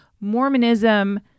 Mormonism